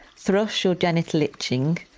thrush or genital itching,